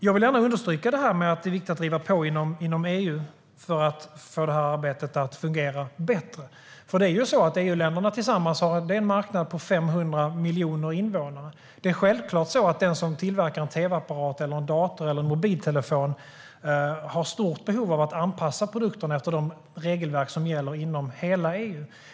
Jag vill gärna understryka att det är viktigt att driva på inom EU för att få arbetet att fungera bättre. EU-länderna tillsammans är en marknad på 500 miljoner invånare. Den som tillverkar en tv-apparat, dator eller mobiltelefon har självklart stort behov av att anpassa produkten efter de regelverk som gäller inom hela EU.